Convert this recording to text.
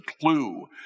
clue